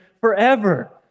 forever